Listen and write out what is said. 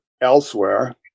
elsewhere